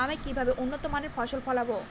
আমি কিভাবে উন্নত মানের ফসল ফলাব?